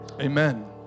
Amen